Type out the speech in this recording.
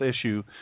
issue